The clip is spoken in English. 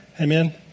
Amen